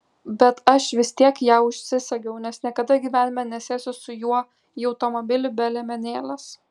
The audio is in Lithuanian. bet aš vis tiek ją užsisegiau nes niekada gyvenime nesėsiu su juo į automobilį be liemenėlės